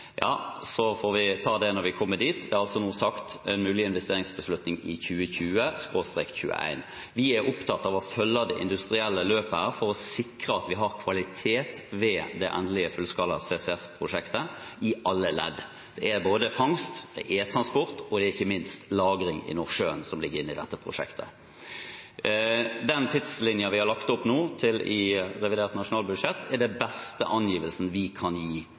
så får vi ta det når vi kommer dit. Det er nå sagt at det vil bli en mulig investeringsbeslutning i 2020/2021. Vi er opptatt av å følge det industrielle løpet her for å sikre at vi har kvalitet ved det endelige fullskala CCS-prosjektet i alle ledd. Det er både fangst, det er transport, og det er ikke minst lagring i Nordsjøen som ligger inne i dette prosjektet. Den tidslinjen vi nå har lagt opp til i revidert nasjonalbudsjett, er den beste angivelsen vi kan gi